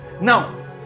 Now